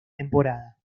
temporada